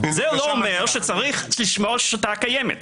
זה לא אומר שצריך לשמור על השיטה הקיימת.